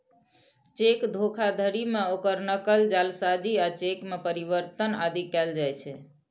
cheque धोखाधड़ी मे ओकर नकल, जालसाजी आ चेक मे परिवर्तन आदि कैल जाइ छै